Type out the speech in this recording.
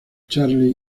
charlie